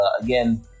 again